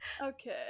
Okay